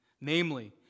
Namely